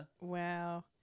Wow